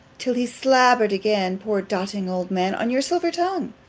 till he slabbered again, poor doting old man! on your silver tongue!